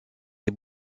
des